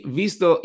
visto